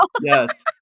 Yes